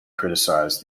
criticized